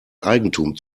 eigentum